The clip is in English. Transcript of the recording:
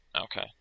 Okay